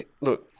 Look